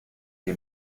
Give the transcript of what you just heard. que